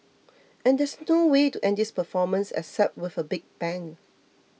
and there's no way to end this performance except with a big bang